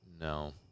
No